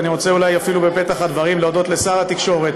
ואני רוצה אולי אפילו בפתח הדברים להודות לשר התקשורת